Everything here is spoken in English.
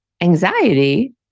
Anxiety